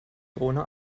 drohne